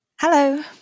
hello